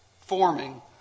forming